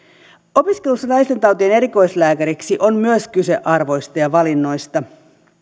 opiskelussa naistentautien erikoislääkäriksi on myös kyse arvoista ja valinnoista